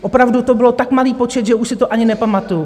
Opravdu to byl tak malý počet, že už si to ani nepamatuju.